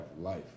life